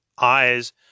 eyes